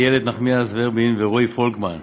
נחמיאס ורבין ורועי פולקמן.